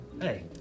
Hey